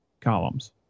columns